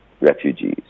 refugees